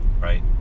right